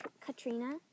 Katrina